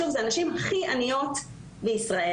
שוב, אלה הנשים הכי עניות בישראל.